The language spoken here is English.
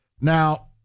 Now